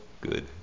good